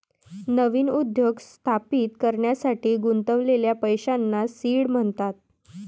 नवीन उद्योग स्थापित करण्यासाठी गुंतवलेल्या पैशांना सीड म्हणतात